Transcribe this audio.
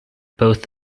both